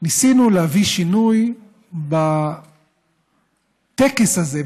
ניסינו להביא שינוי בטקס הזה,